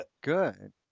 Good